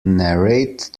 narrate